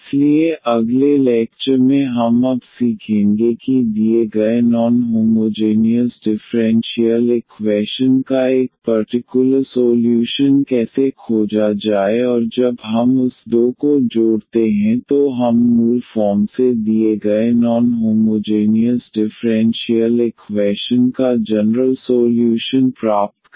इसलिए अगले लैक्चर में हम अब सीखेंगे कि दिए गए नॉन होमोजेनियस डिफ़्रेंशियल इक्वैशन का एक पर्टिकुलर सोल्यूशन कैसे खोजा जाए और जब हम उस दो को जोड़ते हैं तो हम मूल फॉर्म से दिए गए नॉन होमोजेनियस डिफ़्रेंशियल इक्वैशन का जनरल सोल्यूशन प्राप्त करेंगे